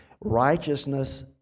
righteousness